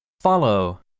Follow